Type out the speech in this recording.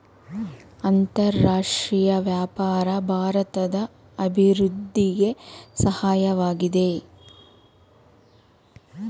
ಅಂತರರಾಷ್ಟ್ರೀಯ ವ್ಯಾಪಾರ ಭಾರತದ ಅಭಿವೃದ್ಧಿಗೆ ಸಹಾಯವಾಗಿದೆ